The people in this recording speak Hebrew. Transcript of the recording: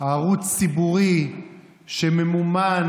הערוץ הציבורי שממומן